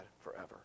forever